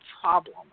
problem